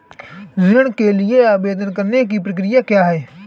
ऋण के लिए आवेदन करने की प्रक्रिया क्या है?